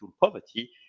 poverty